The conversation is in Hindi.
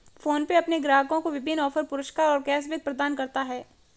फोनपे अपने ग्राहकों को विभिन्न ऑफ़र, पुरस्कार और कैश बैक प्रदान करता है